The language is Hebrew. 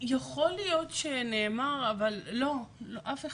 יכול להיות שנאמר, אבל לא, אף אחד,